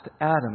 Adam